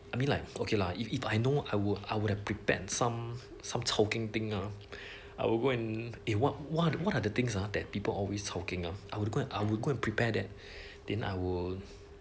I mean like okay lah if if I know I would I would have prepared some some chao keng thing ah I would go and eh what what what are the things that people always chao keng ah I would go ah I would go and prepared that then I would